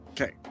Okay